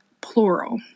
plural